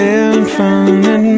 infinite